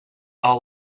are